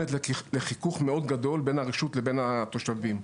שגורמת לחיכוך גדול מאוד בין הרשות לבין התושבים.